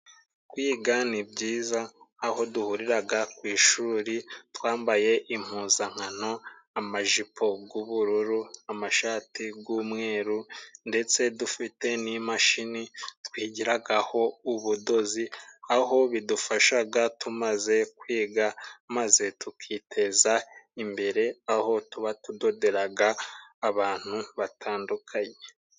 Kwiga ni byiza aho duhurira ku ishuri twambaye impuzankano. Amajipo y'ubururu, amashati y'umweru. Ndetse dufite n'imashini twigiraho ubudozi, aho bidufasha tumaze kwiga maze tukiteza imbere, aho tuba tudodera abantu batandukanye.